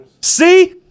See